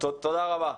תודה רבה.